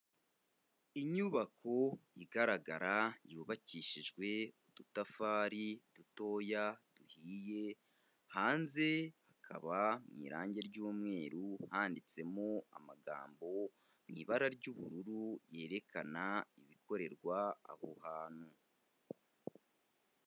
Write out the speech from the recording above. Inyubako igaragara yubakishijwe udutafari dutoya duhiye, hanze hakaba mu irange ry'umweru handitsemo amagambo mu ibara ry'ubururu yerekana ibikorerwa aho hantu.